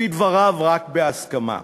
לפי דבריו, רק בהסכמה.